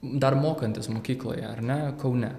dar mokantis mokykloje ar ne kaune